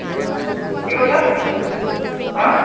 কি কৈছা হাঁ